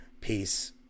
Peace